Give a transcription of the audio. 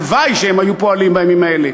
הלוואי שהם היו פועלים בימים האלה.